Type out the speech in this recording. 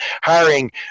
hiring